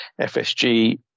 FSG